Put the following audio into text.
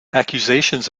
accusations